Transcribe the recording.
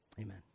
amen